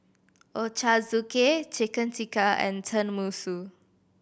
Ochazuke Chicken Tikka and Tenmusu